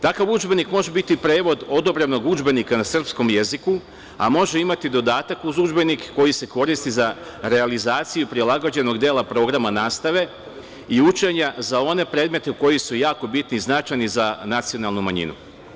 Takav udžbenik može biti prevod odobrenog udžbenika na srpskom jeziku, a može imati dodatak uz udžbenik koji se koristi za realizaciju prilagođenog dela programa nastave, i učenja za one predmete koji su jako bitni i značajni za nacionalnu manjinu.